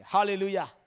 Hallelujah